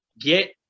Get